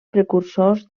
precursors